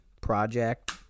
project